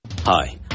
Hi